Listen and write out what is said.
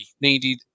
needed